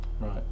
right